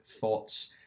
thoughts